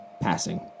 passing